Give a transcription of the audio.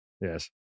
yes